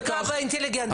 אל תפגע באינטליגנציה שלנו.